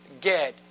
get